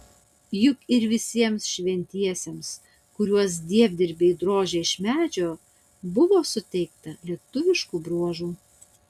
juk ir visiems šventiesiems kuriuos dievdirbiai drožė iš medžio buvo suteikta lietuviškų bruožų